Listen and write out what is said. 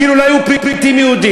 כאילו לא היו פליטים יהודים.